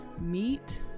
meat